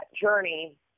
journey